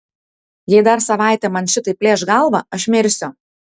jei dar savaitę man šitaip plėš galvą aš mirsiu